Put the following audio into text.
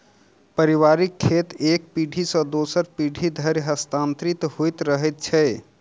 पारिवारिक खेत एक पीढ़ी सॅ दोसर पीढ़ी धरि हस्तांतरित होइत रहैत छै